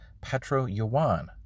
petro-yuan